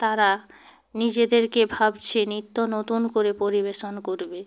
তারা নিজেদেরকে ভাবছে নিত্য নতুন করে পরিবেশন করবে